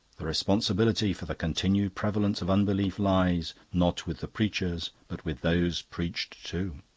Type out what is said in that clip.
the responsibility for the continued prevalence of unbelief lies, not with the preachers, but with those preached to.